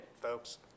folks